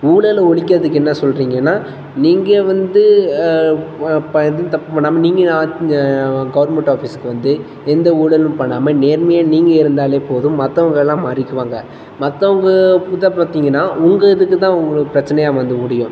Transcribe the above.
ஊழல ஒழிக்கிறதுக்கு என்ன சொல்கிறீங்கன்னா நீங்கள் வந்து ஓ ப எதுவும் தப்பு பண்ணாமல் நீங்கள் ஆத் கவர்மெண்ட் ஆஃபீஸுக்கு வந்து எந்த ஊழலும் பண்ணாமல் நேர்மையாக நீங்கள் இருந்தாலே போதும் மற்றவங்க எல்லாம் மாறிக்குவாங்க மற்றவங்க இதைப் பார்த்தீங்கன்னா உங்கள் இதுக்கு தான் உங்களுக்கு பிரச்சனையாக வந்து முடியும்